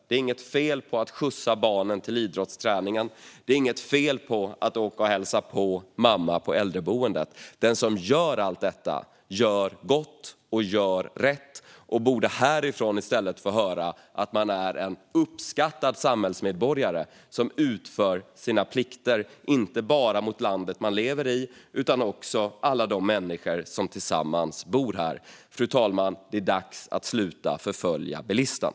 Det är inget fel i att skjutsa barnen till idrottsträningen. Det är inget fel i att åka och hälsa på mamma på äldreboendet. Den som gör allt detta gör gott och rätt och borde härifrån i stället få höra att man är en uppskattad samhällsmedborgare som utför sina plikter inte bara mot landet man lever i utan också mot alla de människor som tillsammans bor här. Fru talman! Det är dags att sluta förfölja bilisten.